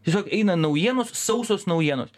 tiesiog eina naujienos sausos naujienos